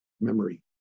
memory